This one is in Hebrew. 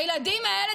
הילדים האלה,